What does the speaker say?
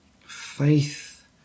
Faith